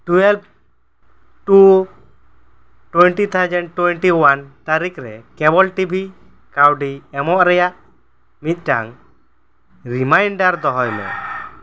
twelve two twenty thousand twenty one ᱛᱟᱹᱨᱤᱠᱷ ᱨᱮ cable TV ᱠᱟᱹᱣᱰᱤ ᱮᱢᱚᱜ ᱨᱮᱭᱟᱜ ᱢᱤᱫᱴᱟᱝ ᱨᱤᱢᱟᱭᱤᱱᱰᱟᱨ ᱫᱚᱦᱚᱭ ᱢᱮ